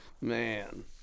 Man